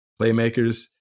playmakers